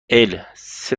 السه